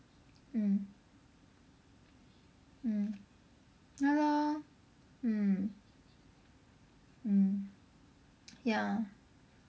mm mm ya lor mm mm ya